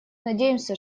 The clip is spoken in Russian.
надеемся